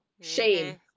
Shame